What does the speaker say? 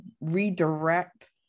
redirect